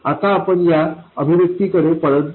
आता आपण या अभिव्यक्तीकडे परत जाऊ